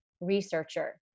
researcher